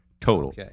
total